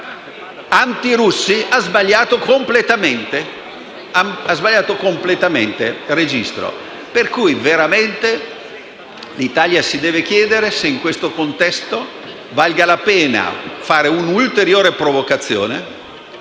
anti-russi ha sbagliato completamente registro. L'Italia deve chiedersi se in questo contesto valga la pena fare un'ulteriore provocazione